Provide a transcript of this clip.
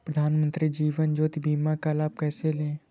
प्रधानमंत्री जीवन ज्योति योजना का लाभ कैसे लें?